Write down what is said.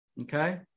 Okay